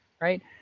Right